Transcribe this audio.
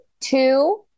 two